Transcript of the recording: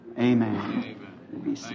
Amen